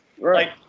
right